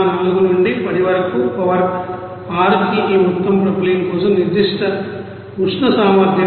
04 నుండి 10 వరకు పవర్ 6 కి ఈ మొత్తం ప్రొపైలీన్ కోసం నిర్దిష్ట ఉష్ణ సామర్థ్యం